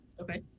Okay